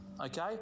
Okay